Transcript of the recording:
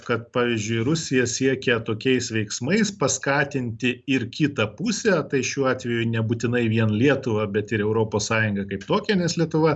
kad pavyzdžiui rusija siekia tokiais veiksmais paskatinti ir kitą pusę tai šiuo atveju nebūtinai vien lietuvą bet ir europos sąjungą kaip tokią nes lietuva